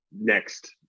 next